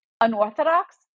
unorthodox